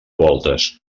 voltes